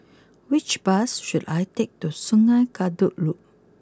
which bus should I take to Sungei Kadut Loop